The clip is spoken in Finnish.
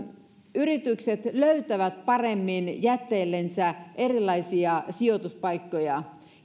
yritykset löytävät paremmin jätteellensä erilaisia sijoituspaikkoja